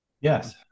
Yes